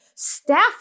staff